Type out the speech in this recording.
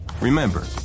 Remember